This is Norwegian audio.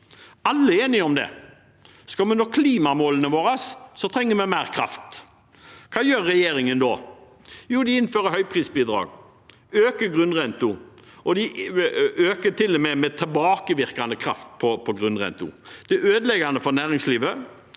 Alle er enige om det. Skal vi nå klimamålene våre, trenger vi mer kraft. Hva gjør regjeringen da? Jo, de innfører høyprisbidrag og øker grunnrenten. De øker til og med grunnrenten med tilbakevirkende kraft. Det er ødeleggende for næringslivet,